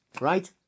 right